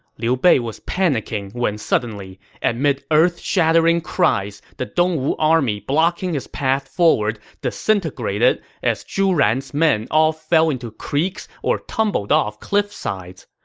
liu bei was panicking when suddenly, amid earth-shattering cries, the dongwu army blocking his path forward disintegrated as zhu ran's men all fell into creeks or tumbled off cliff sides.